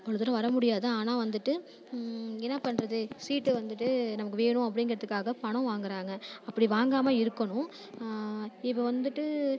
அவ்வளோ தூரம் வர முடியாது ஆனால் வந்துட்டு என்ன பண்ணுறது சீட்டு வந்துட்டு நமக்கு வேணும் அப்படிங்கிறதுக்காக பணம் வாங்குகிறாங்க அப்படி வாங்காமல் இருக்கணும் இப்போ வந்துட்டு